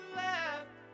left